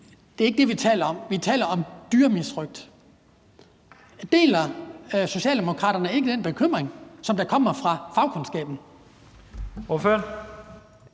Det er ikke det, vi taler om. Vi taler om dyremisrøgt. Deler Socialdemokraterne ikke den bekymring, der kommer fra fagkundskaben?